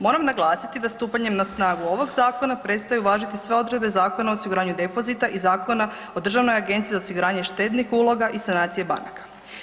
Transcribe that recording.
Moram naglasiti da stupanjem na snagu ovog zakona prestaju važiti sve odredbe Zakona o osiguranju depozita i Zakona o Državnoj agenciji za osiguranje štednih uloga i sanacije banaka.